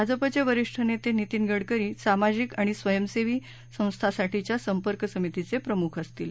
भाजपचे वरिष्ठ नेते नितीन गडकरी सामाजिक आणि स्वयंसेवी संस्थांसाठीच्या संपर्क समितीचे प्रमुख असतील